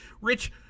rich